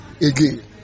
again